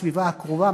בסביבה הקרובה,